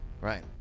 Right